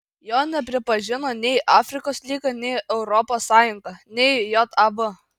jo nepripažino nei afrikos lyga nei europos sąjunga nei jav